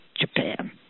Japan